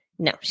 No